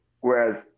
Whereas